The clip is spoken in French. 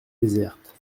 désertes